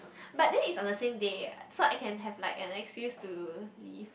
but then it's on the same day what so I can have like an excuse to leave